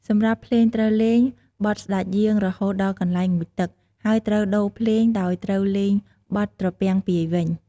សម្រាប់ភ្លេងត្រូវលេង បទស្តេចយាង រហូតដល់កន្លែងងូតទឹក ហើយត្រូវដូភ្លេងដោយត្រូវលេង បទត្រពាំងពាយវិញ។